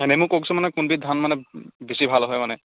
এনেই মোক কওকচোন মানে কোনবিধ ধান মানে বেছি ভাল হয় মানে